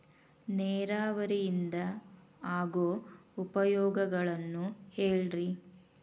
ನೇರಾವರಿಯಿಂದ ಆಗೋ ಉಪಯೋಗಗಳನ್ನು ಹೇಳ್ರಿ